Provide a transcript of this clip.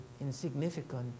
insignificant